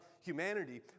humanity